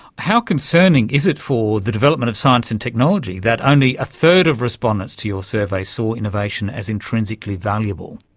how concerning is it for the development of science and technology that only a third of respondents to your survey saw innovation as intrinsically valuable?